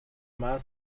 mer